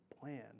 plan